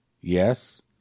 Yes